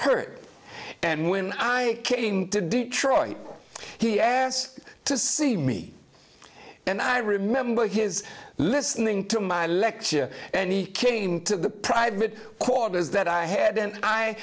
hurt and when i came to detroit he asked to see me and i remember his listening to my lecture and he came to the private quarters that i had and i